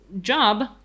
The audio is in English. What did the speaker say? job